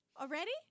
Already